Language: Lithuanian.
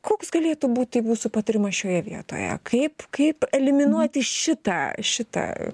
koks galėtų būti jūsų patarimas šioje vietoje kaip kaip eliminuoti šitą šitą